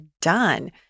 done